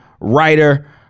writer